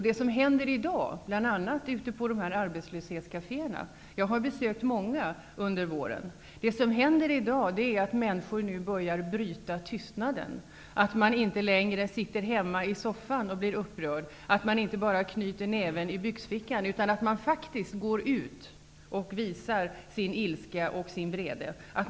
Det som händer bl.a. ute på arbetslöshetskaféerna -- jag har besökt många under våren -- är att människor börjar bryta tystnaden. Man sitter inte längre hemma i soffan och blir upprörd, man knyter inte bara näven i byxfickan, utan går faktiskt ut och visar sin ilska och sin vrede.